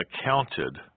accounted